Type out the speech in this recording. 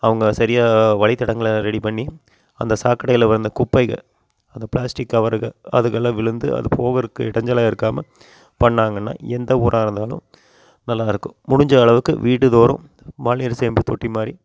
அவங்க சரியாக வழித்தடங்களை ரெடி பண்ணி அந்த சாக்கடையில் வந்த குப்பைக அந்த பிளாஸ்டிக் கவருக அதுக எல்லாம் விழுந்து அது போகிறக்கு இடஞ்சலாக இருக்காமல் பண்ணாங்கன்னால் எந்த ஊராக இருந்தாலும் நல்லா இருக்கும் முடிஞ்ச அளவுக்கு வீடுதோறும் மழைநீர் சேமிப்பு தொட்டி மாதிரி